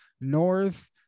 north